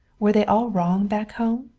were they all wrong back home?